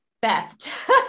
Beth